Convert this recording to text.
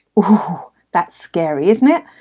oh that's scary isn't it?